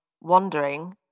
wandering